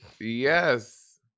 yes